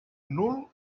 nul